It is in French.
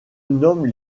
nomment